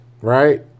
right